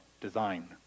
design